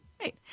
Right